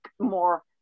more